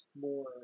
more